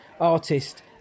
artist